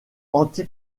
anti